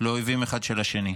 לאויבים של אחד של השני.